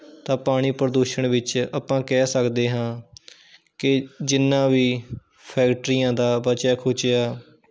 ਤਾਂ ਪਾਣੀ ਪ੍ਰਦੂਸ਼ਣ ਵਿੱਚ ਆਪਾਂ ਕਹਿ ਸਕਦੇ ਹਾਂ ਕਿ ਜਿੰਨਾ ਵੀ ਫੈਕਟਰੀਆਂ ਦਾ ਬਚਿਆ ਖੁਚਿਆ